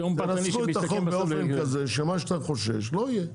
תנסחו את החוק באופן כזה שמה שאתה חושש לא יהיה,